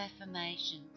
affirmations